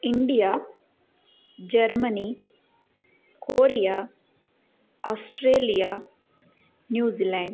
India Germany Korea Australia New Zealand